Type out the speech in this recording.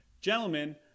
Gentlemen